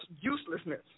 uselessness